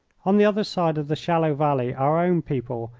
on the other side of the shallow valley our own people,